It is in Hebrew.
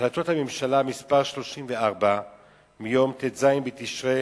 החלטות הממשלה מס' 34 מיום ט"ז בתשרי